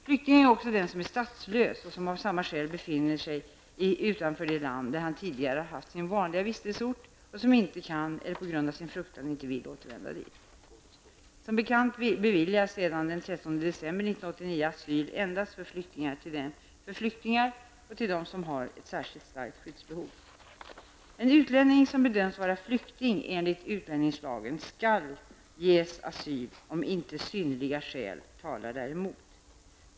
Flykting är också den som är statslös och som av samma skäl befinner sig utanför det land där han tidigare har haft sin vanliga vistelseort, och som inte kan, eller på grund av sin fruktan inte vill, återvända dit. Som bekant beviljas sedan den 13 december 1989 asyl endast för flyktingar och för dem som har ett särskilt starkt skyddsbehov. En utlänning som bedöms vara flykting enligt utlänningslagen skall ges asyl om inte synnerliga skäl talar däremot.